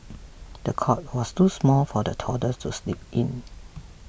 the cot was too small for the toddler to sleep in